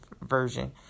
version